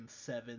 seven